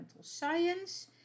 Science